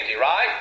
right